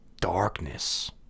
darkness